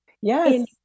Yes